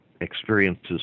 experiences